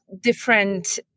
different